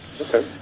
Okay